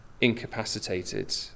incapacitated